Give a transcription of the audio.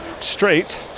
straight